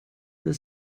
der